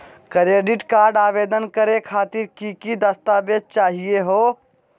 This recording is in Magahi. क्रेडिट कार्ड आवेदन करे खातिर की की दस्तावेज चाहीयो हो?